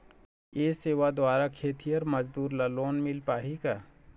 ये सेवा द्वारा खेतीहर मजदूर ला लोन मिल पाही का?